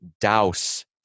douse